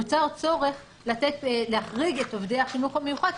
נוצר צורך להחריג את עובדי החינוך המיוחד,